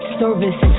service